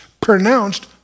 pronounced